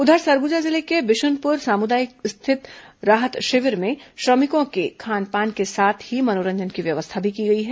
उधर सरगुजा जिले के बिशुनपुर सामुदायिक भवन स्थित राहत शिविर में श्रमिकों के खान पान के साथ ही मनोरंजन की व्यवस्था भी की गई है